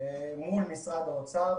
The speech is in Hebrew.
מול משרד האוצר,